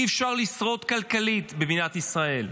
אי-אפשר לשרוד כלכלית במדינת ישראל.